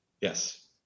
Yes